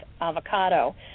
avocado